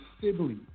Sibley